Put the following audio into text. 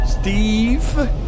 Steve